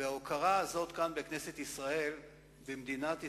ההוקרה הזאת כאן, בכנסת ישראל ובמדינת ישראל,